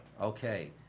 okay